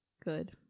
good